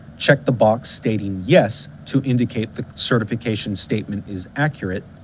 check the box stating yes! to indicate the certification statement is accurate,